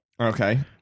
Okay